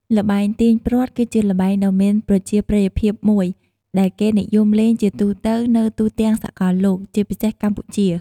ល្បែងទាញព្រ័ត្រ គឺជាល្បែងដ៏មានប្រជាប្រិយភាពមួយ ដែលគេនិយមលេងជាទូទៅនៅទូទាំងសកលលោក ជាពិសេសកម្ពុជា។